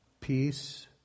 peace